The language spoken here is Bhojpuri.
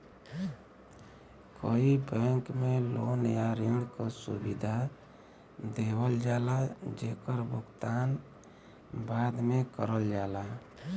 कई बैंक में लोन या ऋण क सुविधा देवल जाला जेकर भुगतान बाद में करल जाला